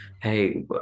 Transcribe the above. hey